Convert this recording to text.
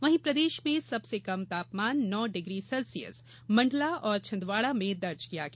वहीं प्रदेश में सबसे कम न्यूनतम तापमान नौ डिग्री सेल्सियस मण्डला और छिंदवाड़ा में दर्ज किया गया